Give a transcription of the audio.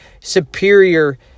superior